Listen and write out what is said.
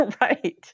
right